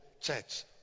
Church